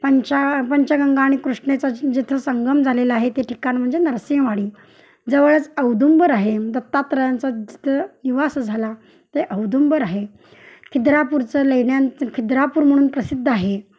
पंचा पंचगंगा आणि कृष्णेचा जिथं संगम झालेला आहे ते ठिकाण म्हणजे नृसिंहवाडी जवळच औदुंबर आहे दत्तात्रयांचा जिथं निवास झाला ते औदुंबर आहे खिद्रापूरचं लेण्यांचं खिद्रापूर म्हणून प्रसिद्ध आहे